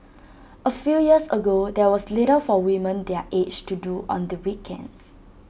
A few years ago there was little for women their age to do on the weekends